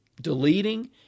Deleting